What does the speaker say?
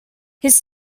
his